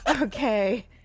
Okay